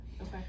okay